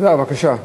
בבקשה.